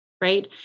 right